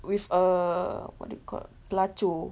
with a what do you call pelacur